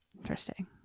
Interesting